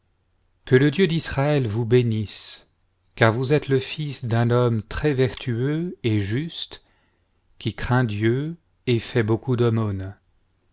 que le dieu d'israël vous bénisse car vous êtes le fils d'un homme très vertueux et juste qui craint dieu et fait beaucoup d'aumônes